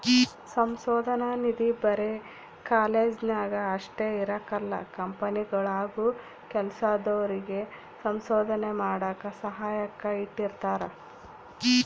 ಸಂಶೋಧನಾ ನಿಧಿ ಬರೆ ಕಾಲೇಜ್ನಾಗ ಅಷ್ಟೇ ಇರಕಲ್ಲ ಕಂಪನಿಗುಳಾಗೂ ಕೆಲ್ಸದೋರಿಗೆ ಸಂಶೋಧನೆ ಮಾಡಾಕ ಸಹಾಯಕ್ಕ ಇಟ್ಟಿರ್ತಾರ